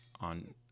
on